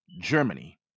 Germany